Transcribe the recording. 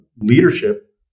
leadership